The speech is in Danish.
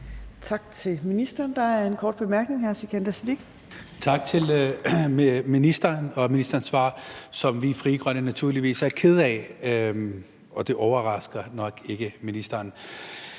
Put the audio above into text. Kl. 17:26 Sikandar Siddique (FG): Tak til ministeren for ministerens svar, som vi i Frie Grønne naturligvis er kede af, og det overrasker nok ikke ministeren.